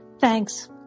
Thanks